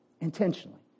intentionally